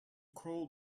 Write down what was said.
crawl